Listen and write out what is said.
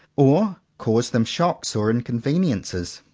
or cause them shocks or in conveniences.